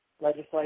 legislation